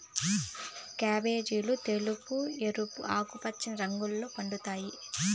క్యాబేజీలు తెలుపు, ఎరుపు, ఆకుపచ్చ రంగుల్లో పండుతాయి